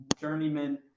journeyman